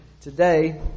today